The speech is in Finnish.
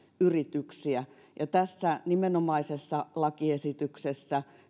yrityksiä tässä nimenomaisessa lakiesityksessä